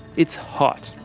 it's hot,